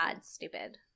stupid